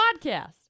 podcast